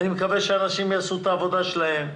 אני מקווה שאנשים יעשו את העבודה שלהם.